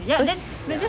cause ya